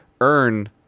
earn